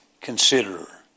consider